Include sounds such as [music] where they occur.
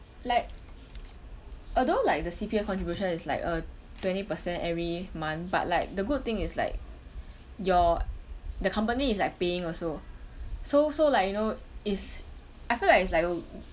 like although like the C_P_F contribution is like uh twenty percent every month but like the good thing is like your the company is like paying also so so like you know is I feel like is like a [noise]